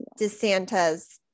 DeSantis